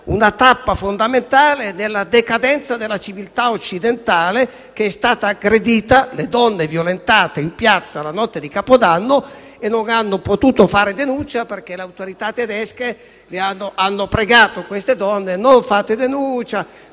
una tappa fondamentale della decadenza della civiltà occidentale che è stata aggredita. Le donne violentate in piazza la notte di Capodanno non hanno potuto fare denuncia, perché le autorità tedesche le hanno pregate di non sporgere denuncia